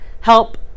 help